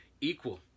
equal